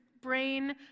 brain